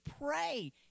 pray